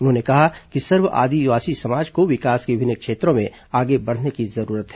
उन्होंने कहा कि सर्व आदिवासी समाज को विकास के विभिन्न क्षेत्रों में आगे बढ़ने की जरूरत है